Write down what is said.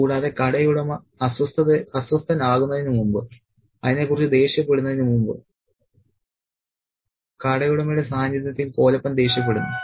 കൂടാതെ കടയുടമ അസ്വസ്ഥനാകുന്നതിനുമുമ്പ് അതിനെക്കുറിച്ച് ദേഷ്യപ്പെടുന്നതിന് മുമ്പ് കടയുടമയുടെ സാന്നിധ്യത്തിൽ കോലപ്പൻ ദേഷ്യപെടുന്നു